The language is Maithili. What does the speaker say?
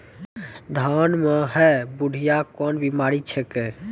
धान म है बुढ़िया कोन बिमारी छेकै?